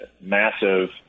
massive